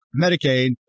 Medicaid